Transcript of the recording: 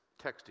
texting